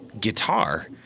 guitar